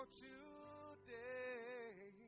today